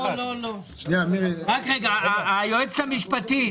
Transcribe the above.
היום יום שלישי, כ"ו בכסלו תשפ"ב,